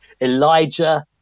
Elijah